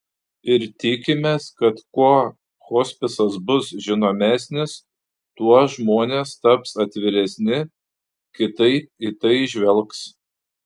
ir tikimės kad kuo hospisas bus žinomesnis tuo žmonės taps atviresni kitaip į tai žvelgs